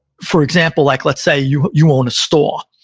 for example, like let's say you you own a store,